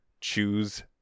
choose